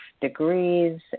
degrees